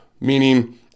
meaning